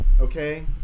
okay